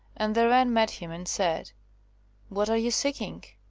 and the wren met him and said what are you seeking?